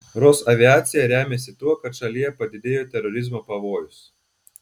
rosaviacija remiasi tuo kad šalyje padidėjo terorizmo pavojus